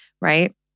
right